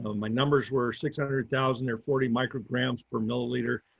my numbers were six hundred thousand or forty micrograms per milliliter.